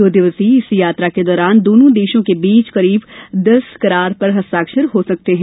दो दिवसीय इस दौरे के दौरान दोनों देशों के बीच करीब दस करार पर हस्ताक्षर हो सकते हैं